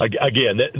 again